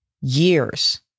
years